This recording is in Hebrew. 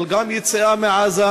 אבל גם יציאה מעזה,